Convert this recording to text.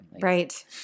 Right